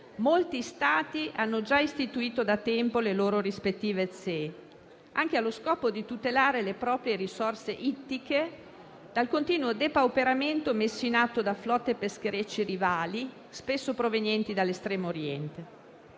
e Turchia - hanno già istituito da tempo le loro rispettive ZEE anche allo scopo di tutelare le proprie risorse ittiche dal continuo depauperamento messo in atto da flotte pescherecce rivali, spesso provenienti dall'Estremo Oriente.